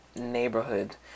neighborhood